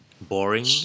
boring